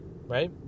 Right